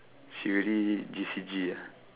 she really G_C_G ah